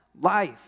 life